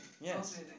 Yes